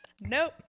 Nope